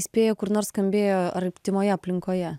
spėju kur nors skambėjo artimoje aplinkoje